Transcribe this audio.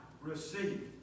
receive